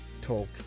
talk